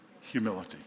Humility